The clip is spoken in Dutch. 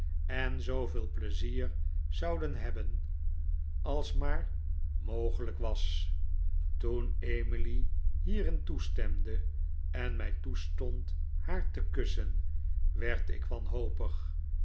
en zooveel plezier zouden hebben als maar mogelijk was toen emily hierin toestemde en mij toestond haar te kussen werd ik wanhopig